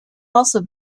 also